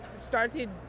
started